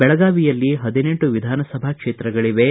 ಬೆಳಗಾವಿಯಲ್ಲಿ ಹದಿನೆಂಟು ವಿಧಾನಸಭಾ ಕ್ಷೇತ್ರಗಳಿವೆ